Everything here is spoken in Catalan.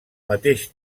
mateix